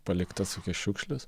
paliktas šiukšles